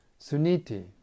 Suniti